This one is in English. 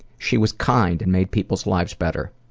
she was kind and made people's lives better.